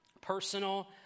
personal